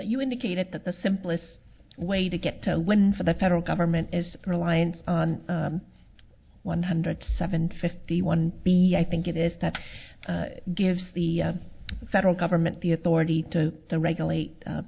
you indicated that the simplest way to get to win for the federal government is for line on one hundred seven fifty one b i think it is that gives the federal government the authority to regulate